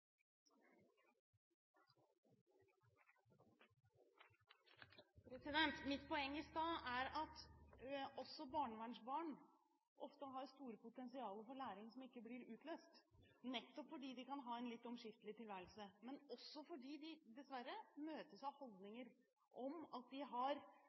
Mitt poeng i stad er at også barnevernsbarn ofte har store potensial for læring som ikke blir utløst, nettopp fordi de kan ha en litt omskiftelig tilværelse, men også fordi de – dessverre – møtes av holdninger om at de har